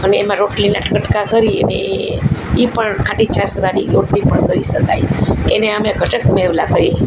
અને એમાં રોટલીના કટકા કરી અને એ એ પણ ખાટી છાશવાળી રોટલી પણ કરી શકાય એને અમે ઘટક વેવલા કહીએ